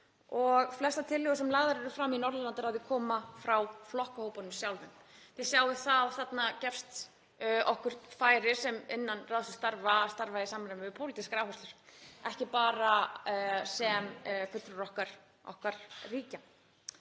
og flestar tillögur sem lagðar eru fram í Norðurlandaráði koma frá flokkahópunum sjálfum. Þið sjáið það að þarna gefst okkur sem störfum innan ráðsins færi á að starfa í samræmi við pólitískar áherslur, ekki bara sem fulltrúar okkar ríkja.